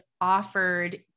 offered